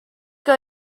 que